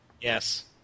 Yes